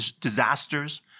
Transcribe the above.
disasters